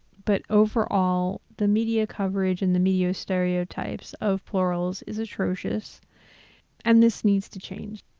but overall, the media coverage in the media stereotypes of plurals is atrocious and this needs to change.